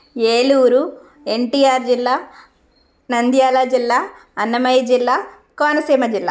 ఏలూరు ఎన్టిఆర్ జిల్లా నంద్యాల జిల్లా అన్నమయ్య జిల్లా కోనసీమ జిల్లా